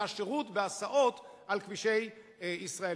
זה השירות בהסעות על כבישי ישראל.